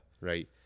Right